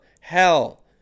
Hell